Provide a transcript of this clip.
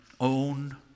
own